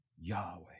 Yahweh